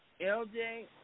LJ